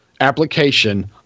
application